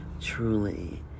truly